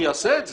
אני אעשה את זה.